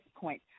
point